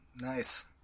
Nice